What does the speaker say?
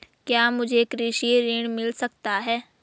क्या मुझे कृषि ऋण मिल सकता है?